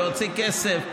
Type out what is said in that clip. להוציא כסף,